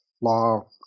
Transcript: law